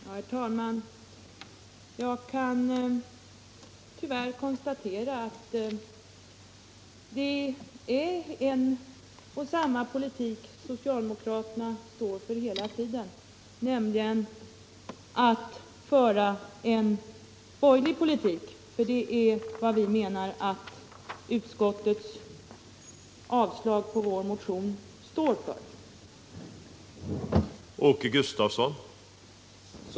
Herr talman! Jag kan tyvärr konstatera att det är en och samma sak socialdemokraterna står för hela tiden, nämligen att föra en borgerlig politik, för det är vad vi menar att utskottets hemställan om avslag på vår motion innebär.